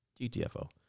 GTFO